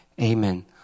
Amen